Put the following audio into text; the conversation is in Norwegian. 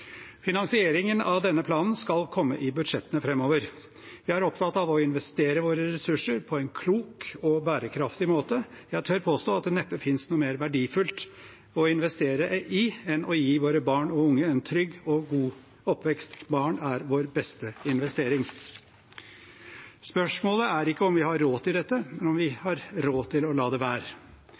Finansieringen av denne planen skal komme i budsjettene framover. Vi er opptatt av å investere våre ressurser på en klok og bærekraftig måte. Jeg tør påstå at det neppe finnes noe mer verdifullt å investere i enn å gi våre barn og unge en trygg og god oppvekst. Barn er vår beste investering. Spørsmålet er ikke om vi har råd til dette, men om vi har råd til å la det være.